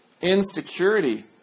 insecurity